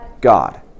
God